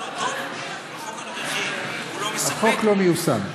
החוק הנוכחי לא מספק?